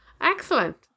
excellent